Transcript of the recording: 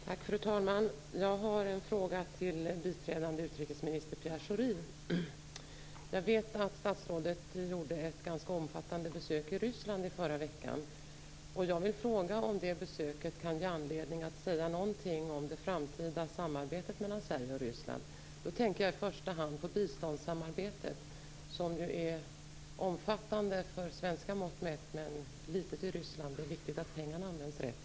Tack, fru talman! Jag har en fråga till biträdande utrikesminister Pierre Schori. Jag vet att statsrådet gjorde ett ganska omfattande besök i Ryssland i förra veckan. Jag vill fråga om det besöket kan ge anledning att säga någonting om det framtida samarbetet mellan Sverige och Ryssland. Jag tänker i första hand på biståndssamarbetet som ju är omfattande med svenska mått mätt, men litet för Ryssland. Det är viktigt att pengarna används rätt.